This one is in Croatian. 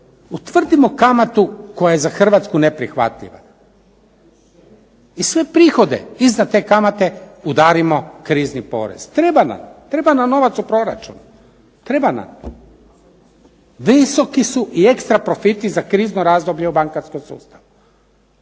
Utvrdimo kamatu koja je za Hrvatsku neprihvatljiva, i sve prihode iznad te kamate udarimo krizni porez. Treba nam. Treba nam novac u proračunu. Treba nam. Visoki su i ekstra profiti za krizno razdoblje u bankarskom sustavu.